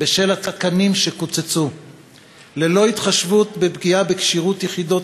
בשל קיצוץ התקנים ללא התחשבות בפגיעה בכשירות יחידות